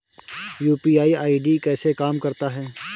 UPI ID कैसे काम करता है?